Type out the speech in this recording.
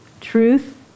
Truth